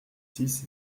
six